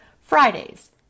Fridays